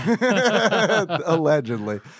allegedly